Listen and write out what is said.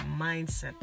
mindset